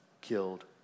killed